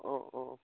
অঁ অঁ